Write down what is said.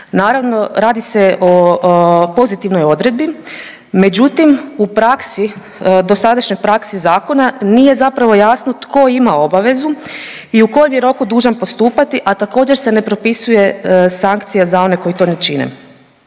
Naravno, radi se o pozitivnoj odredbi međutim u praksi, dosadašnjoj praksi zakona nije zapravo jasno tko ima obavezu i u kojem je roku dužan postupati, a također se ne propisuje sankcija za one koji to ne čine.